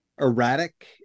erratic